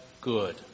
good